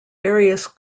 various